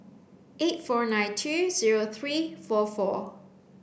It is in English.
eight four nine two zero three four four